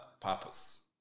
purpose